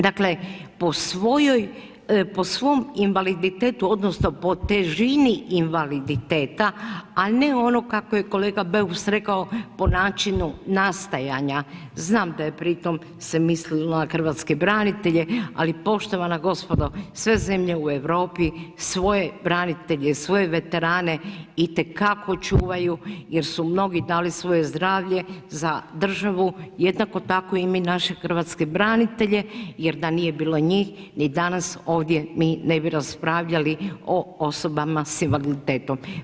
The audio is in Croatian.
Dakle, po svojom invaliditetu odnosno po težini invaliditeta a ne ono kako je kolega Beus rekao, po načinu nastajanja, znam da je pritom se mislilo na hrvatske branitelje ali poštovana gospodo, sve zemlje u Europi svoje branitelje, svoje veterane itekako čuvaju jer su mnogi dali svoje zdravlje za državu jednako tako i mi naše hrvatske branitelje jer da nije bilo njih, ni danas ovdje mi ne bi raspravljali o osobama sa invaliditetom.